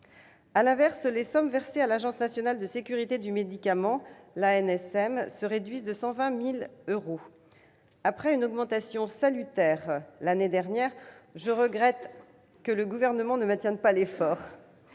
Inversement, les sommes versées à l'Agence nationale de sécurité du médicament et des produits de santé se réduisent de 120 000 euros, après une augmentation salutaire l'année dernière. Je regrette que le Gouvernement ne maintienne pas l'effort,